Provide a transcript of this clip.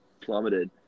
plummeted